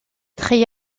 très